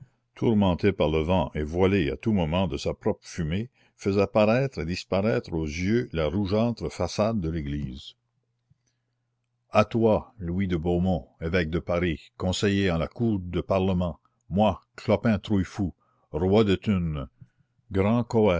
tourmentée par le vent et voilée à tout moment de sa propre fumée faisait paraître et disparaître aux yeux la rougeâtre façade de l'église à toi louis de beaumont évêque de paris conseiller en la cour de parlement moi clopin trouillefou roi de thunes grand